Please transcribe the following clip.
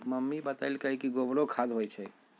mummy बतअलई कि गोबरो खाद होई छई